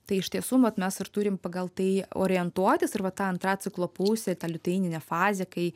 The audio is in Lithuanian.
tai iš tiesų vat mes ir turim pagal tai orientuotis ir vat ta antra ciklo pusė ta liuteininė fazė kai